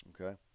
Okay